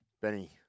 Benny